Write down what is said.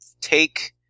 take